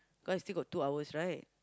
cause still got two hours right